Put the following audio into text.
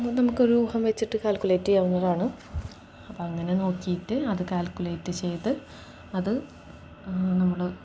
നമുക്കൊരൂഹം വെച്ചിട്ട് കാൽകുലേറ്റ് ചെയ്യാവുന്നതാണ് അപ്പം അങ്ങനെ നോക്കിയിട്ട് അത് കാൽക്കുലേറ്റ് ചെയ്ത് അത് നമ്മള്